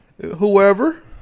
Whoever